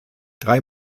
drei